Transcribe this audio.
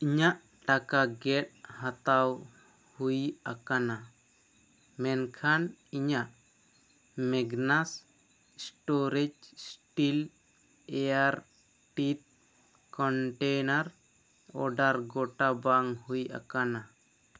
ᱤᱧᱟᱹᱜ ᱴᱟᱠᱟ ᱜᱮᱫ ᱦᱟᱛᱟᱣ ᱦᱩᱭ ᱟᱠᱟᱱᱟ ᱢᱮᱱ ᱠᱷᱟᱱ ᱤᱧᱟᱹᱜ ᱢᱮᱜᱽᱱᱟᱥ storage steel airtight container order ᱜᱚᱴᱟ ᱵᱟᱝ ᱦᱩᱭ ᱟᱠᱟᱱᱟ